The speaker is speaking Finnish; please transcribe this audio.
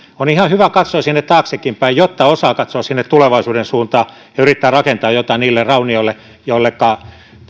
on ihan hyvä katsoa sinne taaksekinpäin jotta osaa katsoa tulevaisuuden suuntaan ja yrittää rakentaa jotain niille raunioille joilleka